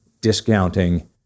discounting